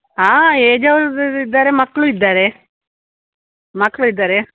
ಹಾಂ ಏಜ್ ಇದ್ದಾರೆ ಮಕ್ಕಳು ಇದ್ದಾರೆ ಮಕ್ಳು ಇದ್ದಾರೆ